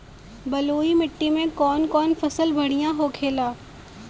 बलुई मिट्टी में कौन कौन फसल बढ़ियां होखेला?